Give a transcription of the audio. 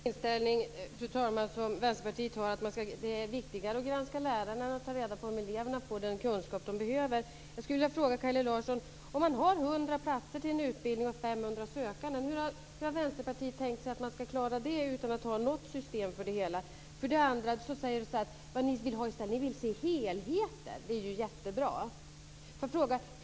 Fru talman! Det är en märklig inställning som Vänsterpartiet har, att det är viktigare att granska läraren än att ta reda på om eleverna får den kunskap de behöver. Vänsterpartiet tänkt sig att man ska klara det utan att ha något system för det hela? Kalle Larsson säger att ni vill se helheten. Det är ju jättebra.